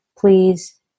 please